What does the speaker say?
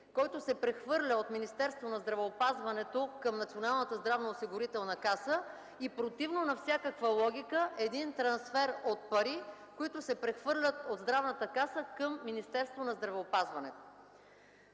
който се прехвърля от Министерството на здравеопазването към Националната здравноосигурителна каса и противно на всякаква логика един трансфер от пари, които се прехвърлят от Здравната каса към Министерството на здравеопазването.